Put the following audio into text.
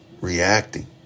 reacting